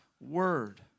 word